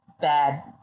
bad